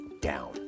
down